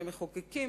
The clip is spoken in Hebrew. כמחוקקים,